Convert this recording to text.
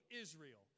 Israel